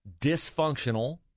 dysfunctional